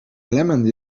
element